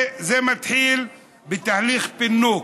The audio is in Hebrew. זה מתחיל בתהליך פינוק.